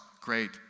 great